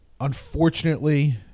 Unfortunately